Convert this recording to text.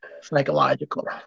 psychological